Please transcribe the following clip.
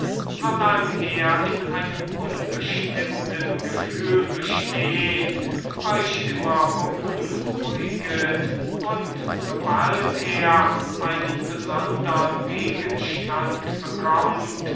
lang er in einem unbestimmten gefühl besteht euch immer beunruhiget und so bald er einen besondern gegenstand bekömmt